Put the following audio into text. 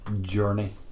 journey